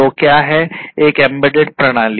तो क्या है एक एम्बेडेड प्रणाली